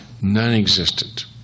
nonexistent